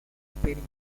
experiments